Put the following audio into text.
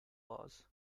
laws